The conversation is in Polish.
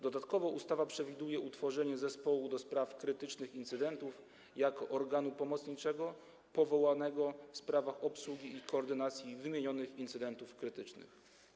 Dodatkowo ustawa przewiduje utworzenie zespołu ds. krytycznych incydentów jako organu pomocniczego powołanego w sprawach obsługi i koordynacji wymienionych incydentów krytycznych.